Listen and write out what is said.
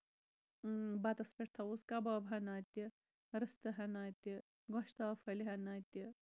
بَتَس پٮ۪ٹھ تھاوو أسۍ کَباب ۂنا تہِ رستہٕ ۂنا تہِ گۄشتاب پھٔلۍ ۂنا تہِ